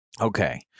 Okay